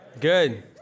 Good